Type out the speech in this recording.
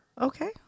Okay